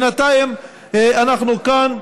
בינתיים אנחנו כאן.